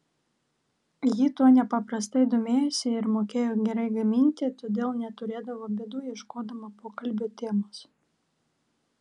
ji tuo nepaprastai domėjosi ir mokėjo gerai gaminti todėl neturėdavo bėdų ieškodama pokalbio temos